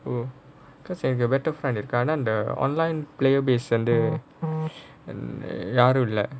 oh because எனக்கு:ennakku better friend இருக்கு ஆனா இந்த:irukku aanaa intha online player base வந்து யாரும் இல்ல:vanthu yaarum illa